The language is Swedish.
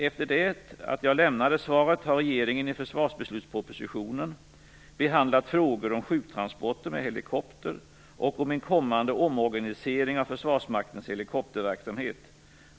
Efter det att jag lämnade svaret har regeringen i försvarsbeslutspropositionen behandlat frågor om sjuktransporter med helikopter och om en kommande omorganisering av Försvarsmaktens helikopterverksamhet.